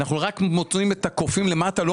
אנחנו רק מוצאים את הקופים למטה ולא